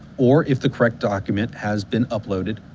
or if the correct document has been uploaded,